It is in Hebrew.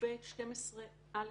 סעיף 12(א)(1)(ב)